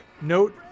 note